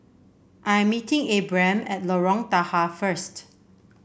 I'm meeting Abram at Lorong Tahar first